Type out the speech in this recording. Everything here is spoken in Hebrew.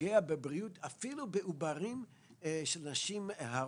פוגע בבריאות, אפילו בעוברים של נשים הרות.